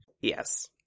Yes